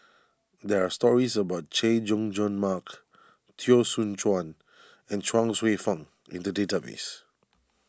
there are stories about Chay Jung Jun Mark Teo Soon Chuan and Chuang Hsueh Fang in the database